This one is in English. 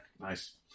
Nice